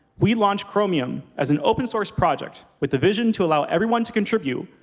we launched chromium as an open-source project with the vision to allow everyone to contribute,